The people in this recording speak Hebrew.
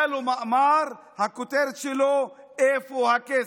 היה לו מאמר שהכותרת שלו הייתה "איפה הכסף?"